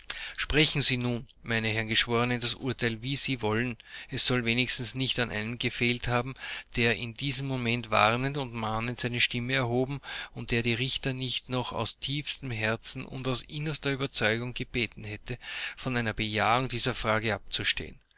sprechen sie nun meine herren geschworenen das urteil wie sie wollen es soll wenigstens nicht an einem gefehlt haben der in diesem momente warnend und mahnend seine stimme erhoben und der die richter nicht noch aus tiefstem herzen und aus innerster überzeugung gebeten hätte von einer bejahung dieser frage abzustehen